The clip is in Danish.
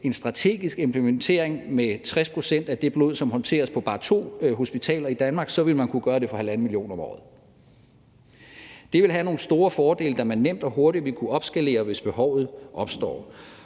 en strategisk implementering med 60 pct. af det blod, som håndteres på bare to hospitaler i Danmark, ville man kunne gøre det for 1½ mio. kr. om året. Det ville have nogle store fordele, da man nemt og hurtigt ville kunne opskalere, hvis behovet opstår,